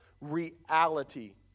reality